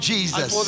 Jesus